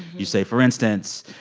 you say, for instance,